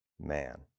man